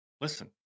listen